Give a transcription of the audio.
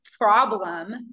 problem